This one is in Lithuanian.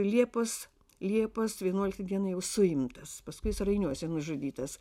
liepos liepos vienuoliktą dieną jau suimtas paskui rainiuose nužudytas